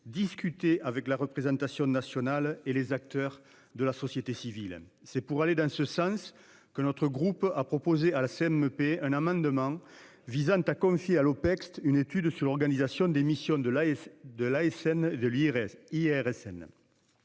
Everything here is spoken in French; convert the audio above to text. discuté avec la représentation nationale et les acteurs de la société civile, c'est pour aller dans ce sens que notre groupe a proposé à la CMP un amendement visant à confier à l'Opecst une étude sur l'organisation des missions de la de l'ASN,